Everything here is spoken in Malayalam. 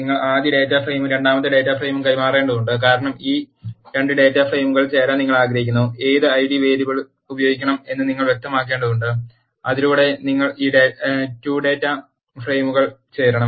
നിങ്ങൾ ആദ്യ ഡാറ്റ ഫ്രെയിമും രണ്ടാമത്തെ ഡാറ്റ ഫ്രെയിമും കൈമാറേണ്ടതുണ്ട് കാരണം ഈ 2 ഡാറ്റ ഫ്രെയിമുകളിൽ ചേരാൻ നിങ്ങൾ ആഗ്രഹിക്കുന്നു ഏതു ഐഡി വേരിയബിൾ ഉപയോഗിക്കണം എന്ന് നിങ്ങൾ വ്യക്തമാക്കേണ്ടതുണ്ട് അതിലൂടെ നിങ്ങൾ ഈ 2 ഡാറ്റ ഫ്രെയിമുകളിൽ ചേരണം